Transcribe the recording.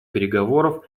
переговоров